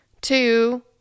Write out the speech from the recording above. Two